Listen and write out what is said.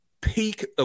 peak